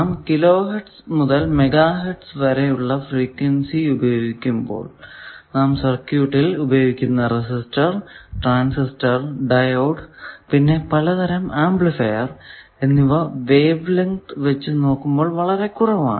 നാം kilohertz മുതൽ megahertz വരെ ഉള്ള ഫ്രീക്വെൻസി ഉപയോഗിക്കുമ്പോൾ സർക്യൂട്ടിൽ ഉപയോഗിക്കുന്ന റെസിസ്റ്റർ ട്രാൻസിസ്റ്റർ ഡയോഡ് പിന്നെ പലതരം ആംപ്ലിഫൈർ എന്നിവ വേവ് ലെങ്ത് വച്ച് നോക്കുമ്പോൾ വളരെ കുറവാണ്